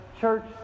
church